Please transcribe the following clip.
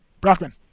Brockman